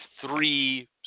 three